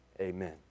Amen